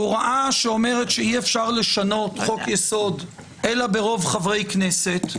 הוראה שאומרת שאי-אפשר לשנות חוק יסוד אלא ברוב חברי כנסת,